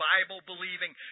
Bible-believing